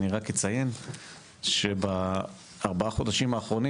אני רק אציין שבארבעה חודשים האחרונים